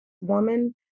woman